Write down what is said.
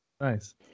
Nice